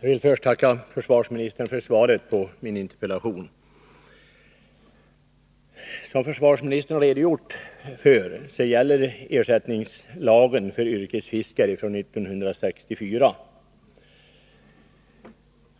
Jag vill först tacka försvarsministern för svaret på min interpellation. Som försvarsministern har redogjort för gäller ersättningslagen för yrkesfiskare från 1964.